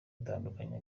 atandukanye